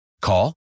Call